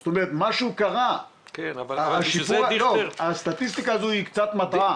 זאת אומרת, משהו קרה, והסטטיסטיקה הזאת קצת מטעה.